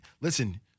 listen